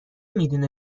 میدونه